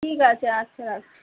ঠিক আছে আচ্ছা রাখছি